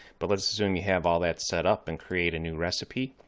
but let's assume you have all that setup and create a new recipe.